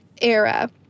era